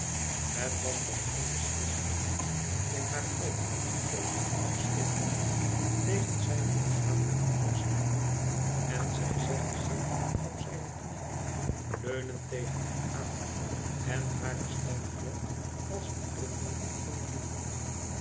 het was dat onbesliste in haar oog zoo lief afstekend tegen zijne lichamelijke forschheid en zij zette zich op zijne knie leunend tegen hem aan en hare stem klonk als een rythme van liefde